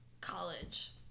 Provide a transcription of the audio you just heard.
college